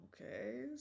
okay